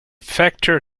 factor